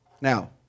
Now